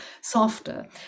softer